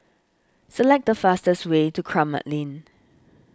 select the fastest way to Kramat Lane